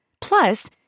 Plus